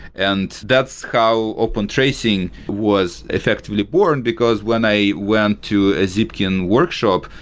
and that's how open tracing was effectively born, because when i went to a zipkin workshop,